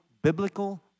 Biblical